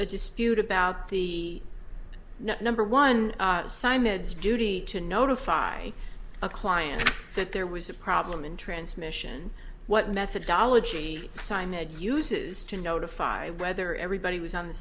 a dispute about the number one sign mids duty to notify a client that there was a problem in transmission what methodology sime it uses to notify whether everybody was on the